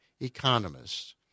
economists